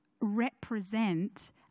represent